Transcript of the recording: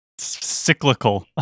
Cyclical